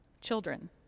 children